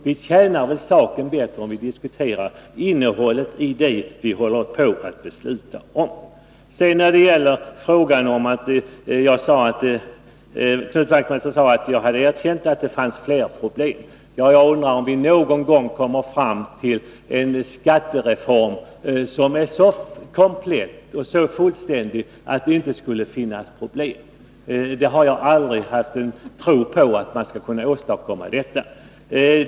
Vi tjänar väl saken bättre om vi diskuterar innehållet i det förslag som vi snart skall fatta beslut om. Knut Wachtmeister sade att jag erkänt att det finns fler problem. Ja, jag undrar om vi någon gång kommer fram till en skattereform som är så komplett, så fullständig, att det inte skulle finnas kvar några problem. Jag har aldrig någonsin trott att man skulle kunna åstadkomma något sådant.